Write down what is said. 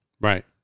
Right